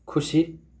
खुसी